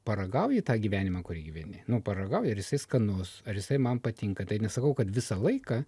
paragauji tą gyvenimą kurį gyveni nu paragauji ar jisai skanus ar jisai man patinka tai nesakau kad visą laiką